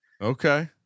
Okay